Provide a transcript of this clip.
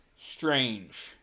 strange